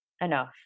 enough